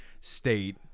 state